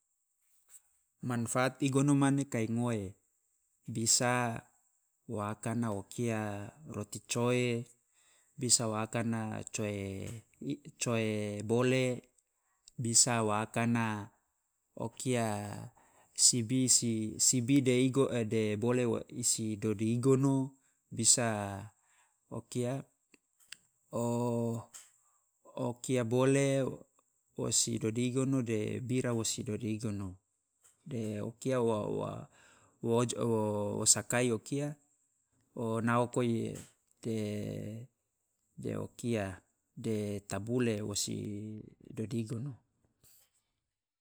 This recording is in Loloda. Manfaat igono mane kai ngoe, bisa wa akana wo kia, roti coe, bisa wa akana coe bole, bisa wa akana o kia sibi si sibi de igono e de bole wo si dodi igono, bisa o kia bole si dodi igono de bira wo si dodi igono. De o kia wa sakai wo kia naoko i de o kia tabule wo si dodi igono